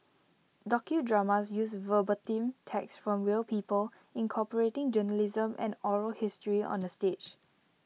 docudramas use verbatim text from real people incorporating journalism and oral history on the stage